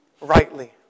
rightly